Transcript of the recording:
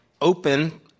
open